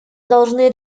должны